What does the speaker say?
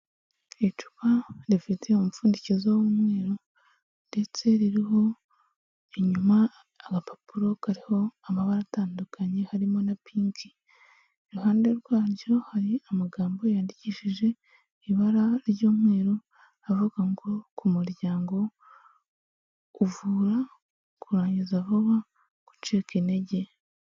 Icupa rifite umupfundikizo w'umweru ndetse ririho inyuma agapapuro kariho amabara atandukanye, harimo na pinki, iruhande rwaryo hari amagambo yandikishije ibara ry'umweru avuga ngo'' ku muryango uvura kurangiza vuba, gucika intege''.